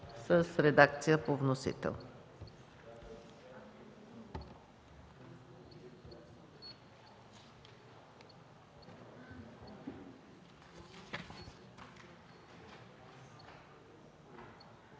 в редакцията по вносител.